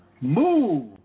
Move